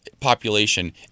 population